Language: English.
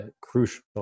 crucial